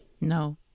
No